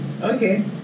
Okay